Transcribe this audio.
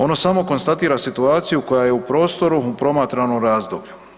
Ono samo konstatira situaciju koja je u prostoru u promatranom razdoblju.